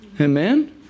Amen